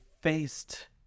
faced